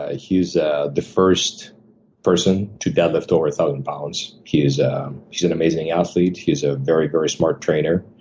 ah he's ah the first person to deadlift over a thousand pounds. he's ah um he's an amazing athlete. he's a very, very smart trainer.